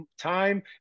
time